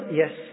yes